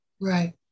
right